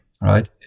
right